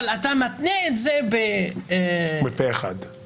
אבל אתה מתנה את זה בפה אחד.